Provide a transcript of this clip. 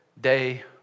day